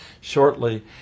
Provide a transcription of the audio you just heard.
shortly